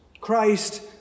Christ